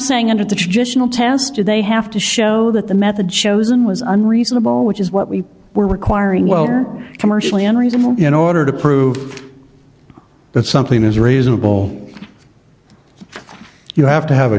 saying under the traditional tester they have to show that the method chosen was unreasonable which is what we were requiring well commercially and reasonable in order to prove that something is reasonable you have to have a